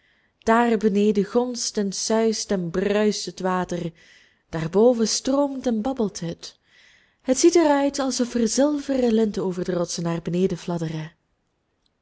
daar beneden gonst en suist en bruist het water daarboven stroomt en babbelt het het ziet er uit alsof er zilveren linten over de rotsen naar beneden fladderden